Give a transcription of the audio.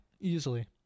easily